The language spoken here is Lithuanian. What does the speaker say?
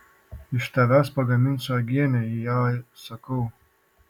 iš tavęs pagaminsiu uogienę jai sakau